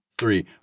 three